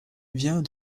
vient